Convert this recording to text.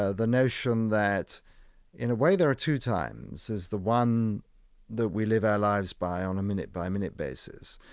ah the notion that in a way there are two times. there's the one that we live our lives by on a minute-by-minute basis.